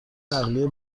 نقلیه